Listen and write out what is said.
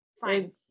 fine